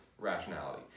rationality